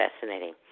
fascinating